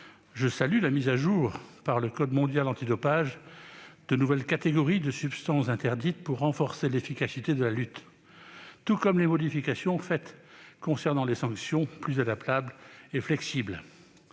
Je salue la mise à jour par le code mondial antidopage des nouvelles catégories de substances interdites pour renforcer l'efficacité de la lutte, tout comme les modifications apportées concernant les sanctions, plus adaptables et flexibles.